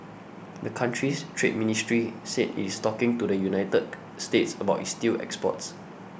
the country's trade ministry said it is talking to the United States about its steel exports